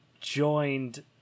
joined